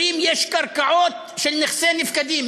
אומרים: יש קרקעות של נכסי נפקדים.